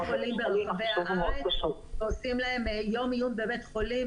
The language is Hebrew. חולים ברחבי הארץ ועושים להם יום עיון בבית חולים,